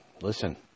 listen